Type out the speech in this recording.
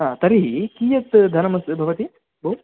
आ तर्हि कीयत् धनमस्य भवति भो